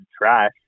trash